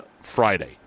Friday